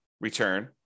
return